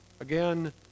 again